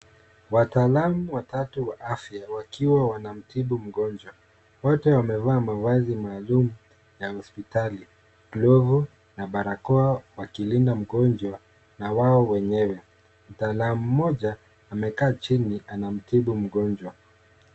Wataalamu watatu wa afya wakiwa wanamtibu mgonjwa. Wote wamevaa mavazi maalum ya hospitali, glovu na barakoa wakilinda mgonjwa na wao wenyewe. Mtaalamu mmoja amekaa chini anamtibu mgonjwa.